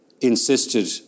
insisted